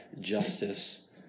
justice